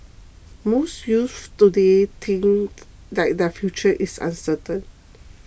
most youths today think that their future is uncertain